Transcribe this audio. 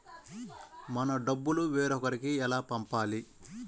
మన డబ్బులు వేరొకరికి ఎలా పంపాలి?